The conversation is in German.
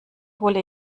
hole